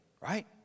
right